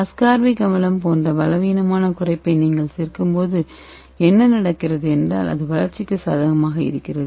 ascorbic அமிலம் போன்ற பலவீனமான குறைப்பை நீங்கள் சேர்க்கும்போது என்ன நடக்கிறது என்றால் அது வளர்ச்சிக்கு சாதகமாக இருக்கிறது